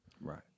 Right